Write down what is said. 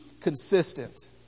consistent